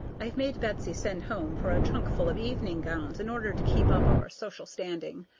i've made betsy send home for a trunkful of evening gowns in order to keep up our social standing.